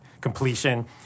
completion